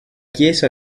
chiesa